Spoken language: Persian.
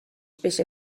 بشه